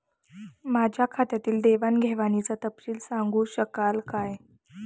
माझ्या खात्यातील देवाणघेवाणीचा तपशील सांगू शकाल काय?